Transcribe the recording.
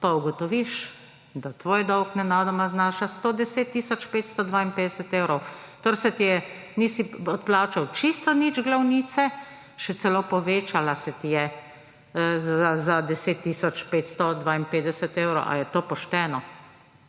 pa ugotoviš, da tvoj dolg nenadoma znaša 110 tisoč 552 evrov. Torej nisi odplačal čisto nič glavnice, še celo povečala se ti je za 10 tisoč 552 evrov. A je to pošteno?